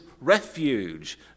refuge